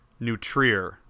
Nutrier